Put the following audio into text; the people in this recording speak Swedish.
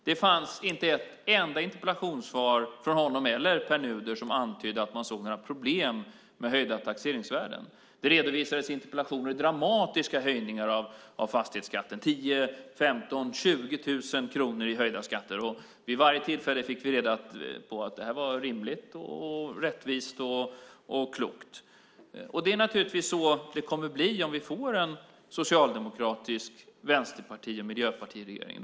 Det fanns inte ett enda interpellationssvar från honom eller Pär Nuder som antydde att man såg några problem med höjda taxeringsvärden. I interpellationer redovisades dramatiska höjningar av fastighetsskatten - 10 000, 15 000 och 20 000 kronor i höjda skatter. Vid varje tillfälle fick vi reda på att det var rimligt, rättvist och klokt. Det är naturligtvis så det kommer att bli om vi får en socialdemokratisk, vänsterpartistisk och miljöpartistisk regering.